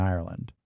Ireland